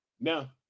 Now